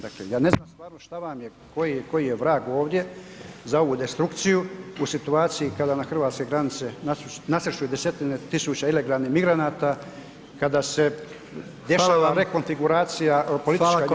Dakle ja ne znam stvarno šta vam je, koji je vrag ovdje za ovu destrukciju u situaciji kada na hrvatske granice nasrću desetine tisuća ilegalnih migranata, kada se dešava [[Upadica: Hvala vam.]] rekonfiguracija političkog